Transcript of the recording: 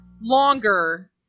longer